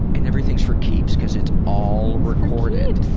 and everything's for keeps, because it's all recorded.